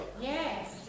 Yes